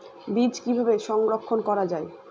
বীজ কিভাবে সংরক্ষণ করা যায়?